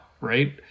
right